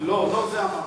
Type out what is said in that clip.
לא זה מה שאמרתי.